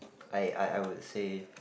I I I would say